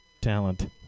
talent